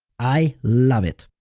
i love it.